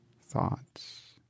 Thoughts